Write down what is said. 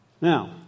Now